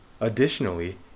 Additionally